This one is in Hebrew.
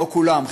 לא כולם,